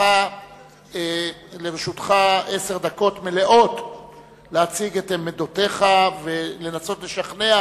לרשותך עשר דקות מלאות להציג את עמדותיך ולנסות לשכנע